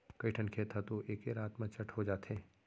कइठन खेत ह तो एके रात म चट हो जाथे